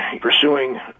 pursuing